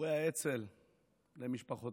גיבורי האצ"ל ומשפחותיהם,